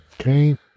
Okay